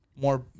more